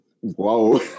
whoa